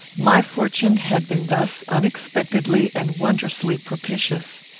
my fortune had been thus unexpectedly and wondrously propitious.